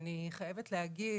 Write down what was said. אני חייבת להגיד,